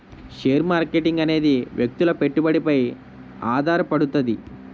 share marketing అనేది వ్యక్తుల పెట్టుబడిపై ఆధారపడుతది